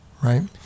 right